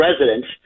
residents